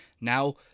Now